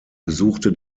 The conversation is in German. besuchte